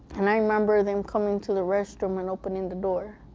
and i remember them coming to the restroom and opening the door.